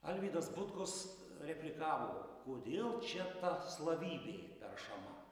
alvydas butkus replikavo kodėl čia ta slavybė peršama